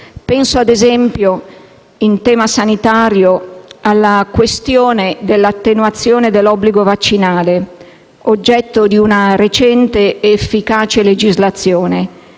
Penso - ad esempio - in tema sanitario, alla questione dell'attenuazione dell'obbligo vaccinale, oggetto di una recente ed efficace legislazione